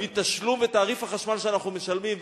מתשלום ותעריף החשמל שאנחנו משלמים,